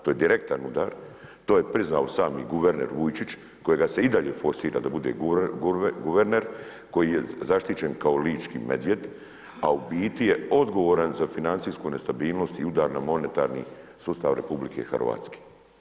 To je direktan udar, to je priznao sami guverner Vujčić kojega se i dalje forsira da bude guverner koji je zaštićen kao lički medvjed, a u biti je odgovoran za financijsku nestabilnost i udar na monetarni sustav Republike Hrvatske.